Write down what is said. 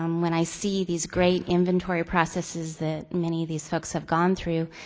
um when i see these great inventory processes that many of these folks have gone through,